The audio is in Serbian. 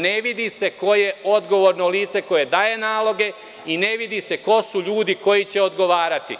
Ne vidi se ko je odgovorno lice koje daje naloge i ne vidi se ko su ljudi koji će odgovarati.